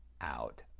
out